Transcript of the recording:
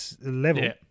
level